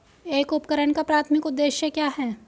एक उपकरण का प्राथमिक उद्देश्य क्या है?